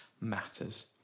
matters